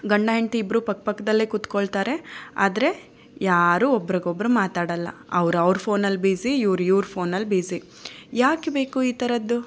ಗಂಡ ಹೆಂಡತಿ ಇಬ್ಬರೂ ಪಕ್ಕ ಪಕ್ಕದಲ್ಲೇ ಕುತ್ಕೋಳ್ತಾರೆ ಆದರೆ ಯಾರು ಒಬ್ಬರಿಗೊಬ್ರು ಮಾತಾಡೋಲ್ಲ ಅವ್ರು ಅವ್ರ ಫೋನಲ್ಲಿ ಬಿಝಿ ಇವ್ರು ಇವ್ರ ಫೋನಲ್ಲಿ ಬಿಝಿ ಯಾಕೆ ಬೇಕು ಈ ಥರದ್ದು